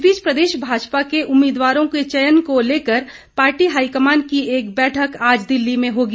इसी बीच प्रदेश भाजपा के उम्मीदवारों के चयन को लेकर पार्टी हाईकमान की एक बैठक आज दिल्ली में होगी